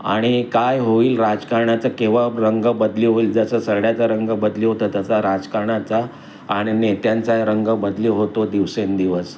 आणि काय होईल राजकारणाचं केव्हा रंग बदली होईल जसं सरड्याचा रंग बदली होतं तसा राजकारणाचा आणि नेत्यांचा रंग बदली होतो दिवसेंदिवस